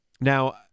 Now